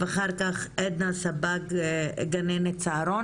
אחר כך נשמע את עדנה סבג שהיא גננת בצהרון